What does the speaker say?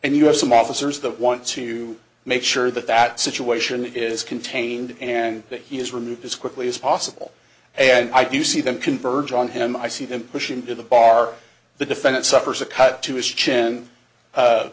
have some officers that want to make sure that that situation is contained and that he is removed as quickly as possible and i do see them converge on him i see them pushing to the bar the defendant suffers a cut to his chin